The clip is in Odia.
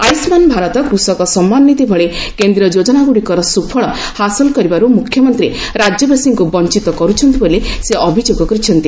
ଆୟୁଷ୍ମାନ ଭାରତ କୃଷକ ସମ୍ମାନନିଧି ଭଳି କେନ୍ଦ୍ରୀୟ ଯୋଜନାଗୁଡ଼ିକର ସୁଫଳ ହାସଲ କରିବାରୁ ମ୍ରଖ୍ୟମନ୍ତ୍ରୀ ରାଜ୍ୟବାସୀଙ୍କ ବଞ୍ଚତ କର୍ରଛନ୍ତି ବୋଲି ସେ ଅଭିଯୋଗ କରିଛନ୍ତି